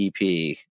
EP